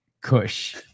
kush